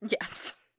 Yes